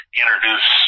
introduce